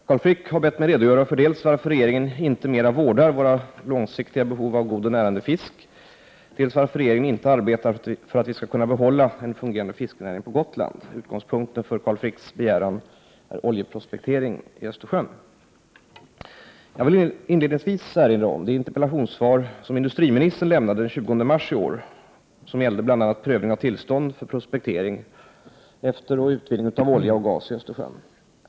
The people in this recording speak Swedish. Herr talman! Carl Frick har bett mig redogöra för dels varför regeringen inte mera vårdar vårt långsiktiga behov av god och närande fisk, dels varför regeringen inte arbetar för att vi skall kunna behålla en fungerande fiskenäring på Gotland. Utgångspunkten för Carl Fricks begäran är oljeprospektering i Östersjön. Jag vill inledningsvis erinra om det interpellationssvar som industriministern lämnade den 20 mars i år avseende bl.a. prövning av tillstånd för prospektering efter och utvinning av olja och gas i Österjsön.